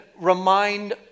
remind